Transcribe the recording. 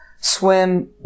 Swim